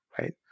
right